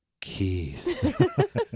Keith